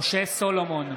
סולומון,